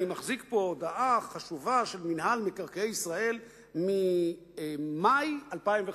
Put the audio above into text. אני מחזיק פה הודעה חשובה של מינהל מקרקעי ישראל ממאי 2005,